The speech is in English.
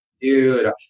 Dude